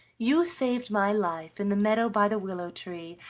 you saved my life in the meadow by the willow tree,